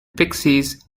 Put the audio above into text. pixies